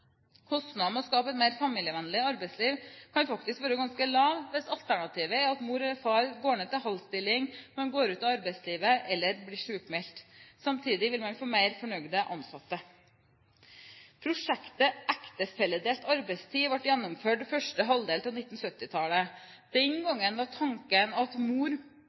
Kostnaden med å skape et mer familievennlig arbeidsliv kan faktisk være ganske lav hvis alternativet er at mor eller far går ned til halv stilling, går ut av arbeidslivet eller blir sykmeldt. Samtidig vil man få mer fornøyde ansatte. Prosjektet Ektefelledelt arbeidstid ble gjennomført i første halvdel av 1970-tallet. Den gang var tanken at mor